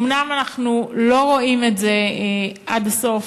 אומנם אנחנו לא רואים את זה עד הסוף,